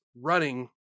running